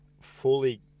fully